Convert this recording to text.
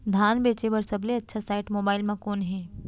धान बेचे बर सबले अच्छा साइट मोबाइल म कोन हे?